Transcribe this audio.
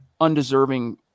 undeserving